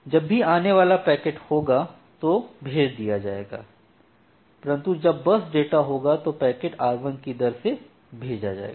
जब भी आने वाला पैकेट होगा तो भेज दिया जायेगा परन्तु जब बर्स्ट डाटा होगा तो पैकेट rt कि दर से भेजा जायेगा